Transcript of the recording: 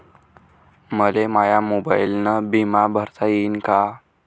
मले माया मोबाईलनं बिमा भरता येईन का?